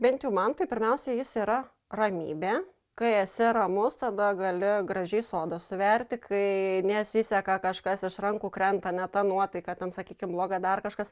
bent jau man tai pirmiausia jis yra ramybė kai esi ramus tada gali gražiai sodą suverti kai nesiseka kažkas iš rankų krenta ne ta nuotaika ten sakykim bloga dar kažkas